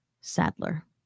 Sadler